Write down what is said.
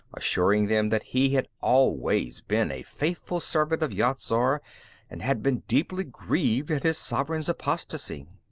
assuring them that he had always been a faithful servant of yat-zar and had been deeply grieved at his sovereign's apostasy.